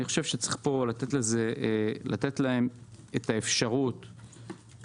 אני חושב שצריך לתת להם אפשרות לפעול,